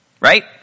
Right